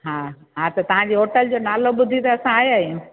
हा हा त तव्हांजो होटल जो नालो ॿुधी त असां आया आहियूं